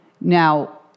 Now